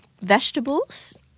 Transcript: vegetables